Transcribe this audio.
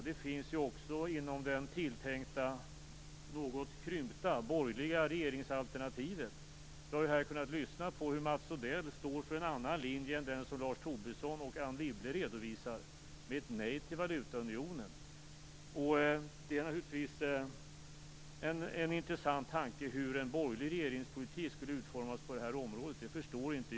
Det finns också inom det tilltänkta något krympta borgerliga regeringsalternativet. Vi har här kunnat lyssna på hur Mats Odell med ett nej till valutaunionen står för en annan linje än den som Lars Tobisson och Anne Wibble redovisar. Det är naturligtvis en intressant tanke hur en borgerlig regeringspolitik skulle utformas på detta område. Det förstår jag inte.